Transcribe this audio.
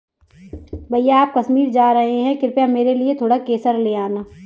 भैया आप कश्मीर जा रहे हैं कृपया मेरे लिए थोड़ा केसर ले आना